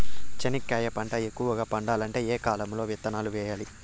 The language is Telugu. చెనక్కాయ పంట ఎక్కువగా పండాలంటే ఏ కాలము లో విత్తనాలు వేయాలి?